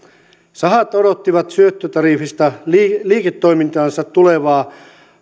sahat odottivat syöttötariffista liiketoimintaansa tukevaa